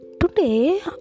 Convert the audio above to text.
Today